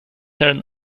turn